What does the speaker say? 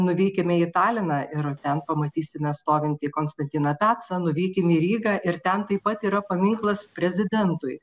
nuvykime į taliną ir ten pamatysime stovintį konstantiną pecą nuvykim į rygą ir ten taip pat yra paminklas prezidentui